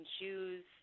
choose